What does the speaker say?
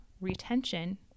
retention